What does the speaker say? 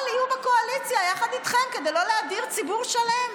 יהיו בקואליציה יחד איתכם כדי לא להדיר ציבור שלם.